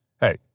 hey